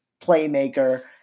playmaker